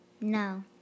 No